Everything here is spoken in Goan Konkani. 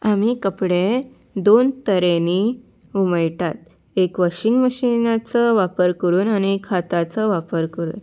आमी कपडे दोन तरांनी उमळटात एक वॉशिंग मशिनाचो वापर करून आनी एक हाताचो वापर करून